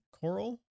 coral